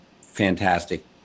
fantastic